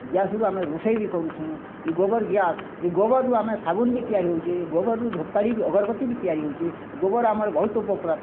ଗ୍ୟାସ୍ରୁ ଆମେ ରୋଷେଇ ବି କରୁଚୁ ଗୋବର୍ ଗ୍ୟାସ୍ ଈ ଗୋବର୍ରୁ ଆମେ ସାବୁନ ବି ତିଆରି ହଉଚି ଗୋବର୍ରୁ ଧୂପକାଡ଼ି ଅଗରବତୀ ବି ତିଆରି ହଉଚି ଗୋବର୍ ଆମର ବହୁତ ଉପକୃତ